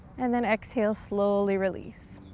and then exhale, slowly release.